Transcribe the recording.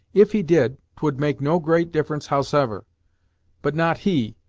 if he did, twould make no great difference howsever but not he,